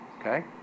okay